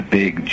big